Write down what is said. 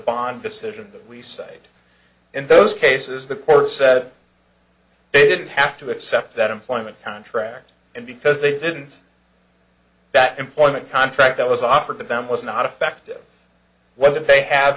bond decision that we cited in those cases the court said they didn't have to accept that employment contract and because they didn't that employment contract that was offered to them was not effective well if they have